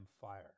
fire